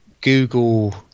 Google